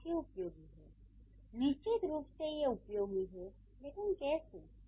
ये काफ़ी उपयोगी हैं निश्चित रूप से ये उपयोगी हैं लेकिन कैसे